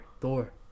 Thor